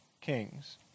kings